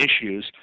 issues